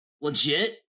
legit